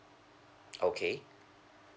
okay